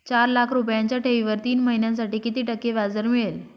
चार लाख रुपयांच्या ठेवीवर तीन महिन्यांसाठी किती टक्के व्याजदर मिळेल?